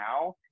now